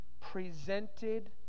presented